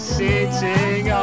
sitting